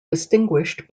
distinguished